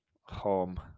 home